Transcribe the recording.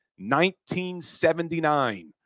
1979